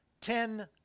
Ten